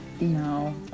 No